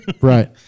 right